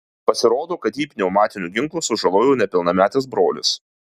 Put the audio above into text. pasirodo kad jį pneumatiniu ginklu sužalojo nepilnametis brolis